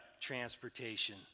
transportation